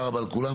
תודה רבה לכולם.